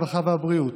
הרווחה והבריאות,